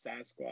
sasquatch